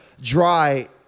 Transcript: dry